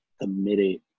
committed